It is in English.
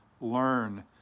learn